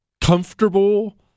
comfortable